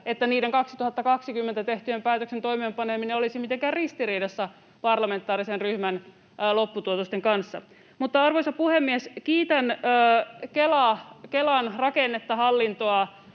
että niiden 2020 tehtyjen päätösten toimeenpaneminen olisi mitenkään ristiriidassa parlamentaarisen ryhmän lopputuotosten kanssa. Arvoisa puhemies! Kiitän Kelan rakennetta, hallintoa,